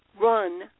run